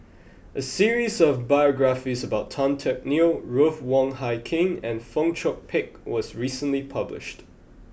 a series of biographies about Tan Teck Neo Ruth Wong Hie King and Fong Chong Pik was recently published